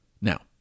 Now